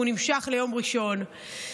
הוא נמשך ליום ראשון,